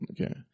Okay